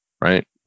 Right